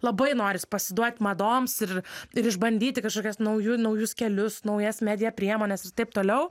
labai noris pasiduot madoms ir ir išbandyti kažkokias nauju naujus kelius naujas media priemones ir taip toliau